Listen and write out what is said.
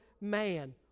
man